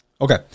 Okay